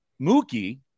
mookie